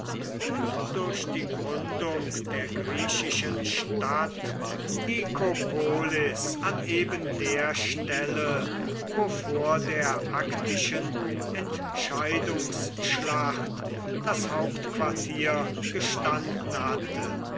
und durch die gründung der griechischen stadt nikopolis an eben der stelle wo vor der aktischen entscheidungsschlacht das hauptquartier gestanden hatte